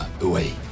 away